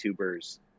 youtuber's